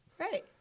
Right